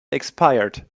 expired